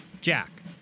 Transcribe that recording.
Jack